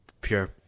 pure